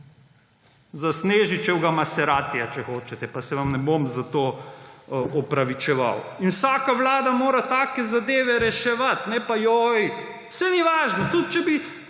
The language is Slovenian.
za Snežićevega maseratija, če hočete; pa se vam ne bom za to opravičeval. In vsaka vlada mora take zadeve reševati, ne pa joj. Saj ni važno, tudi če bi